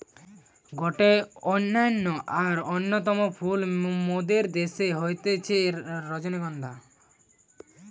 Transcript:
গটে অনন্য আর অন্যতম ফুল মোদের দ্যাশে হতিছে রজনীগন্ধা